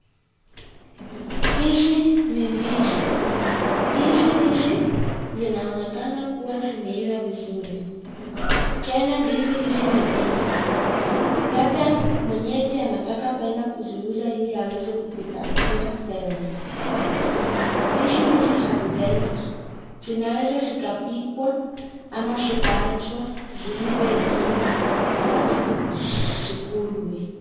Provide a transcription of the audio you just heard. Hizi ni ndizi. Ndizi hizi zinaonekana kuwa zimeiva vizuri. Tena hizi ndizi ni mengi labda mwenyewe anataka kuenda kuziuza ili aweze kujipatia hela. Ndizi hizi hazijaiva zinaweza zikapigwa ama zikawajwa ziive yenyewe alafu zikulwe.